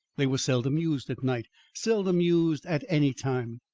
they were seldom used at night seldom used at any time.